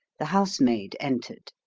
the housemaid entered.